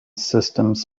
systems